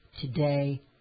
today